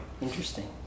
Interesting